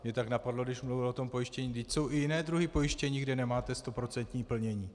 Mě tak napadlo, když mluvil o tom pojištění vždyť jsou i jiné druhy pojištění, kde nemáte stoprocentní plnění.